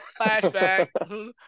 Flashback